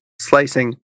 slicing